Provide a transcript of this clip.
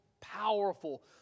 powerful